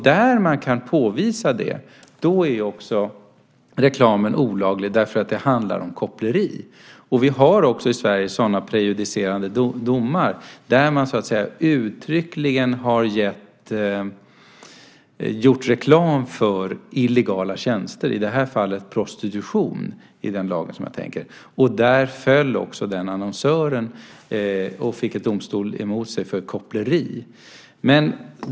Där det kan påvisas är också reklamen olaglig, eftersom det då handlar om koppleri. Vi har i Sverige prejudicerande domar i fall där man uttryckligen gjort reklam för illegala tjänster - det fall jag tänker på gällde prostitution. Den annonsören fälldes och dömdes för koppleri.